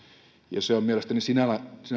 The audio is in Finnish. ja se on mielestäni sinällään